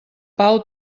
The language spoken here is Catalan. pau